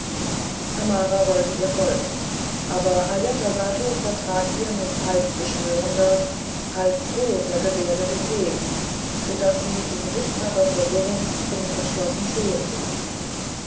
amara wollte ihr folgen aber ajatasattu vertrat ihr mit halb beschwörender halb drohender geberde den weg so daß sie in sichtbarer verwirrung unentschlossen stehen